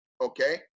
Okay